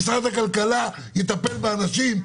שמשרד הכלכלה יטפל באנשים,